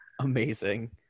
amazing